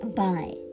bye